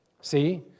see